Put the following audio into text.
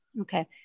Okay